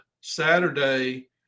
Saturday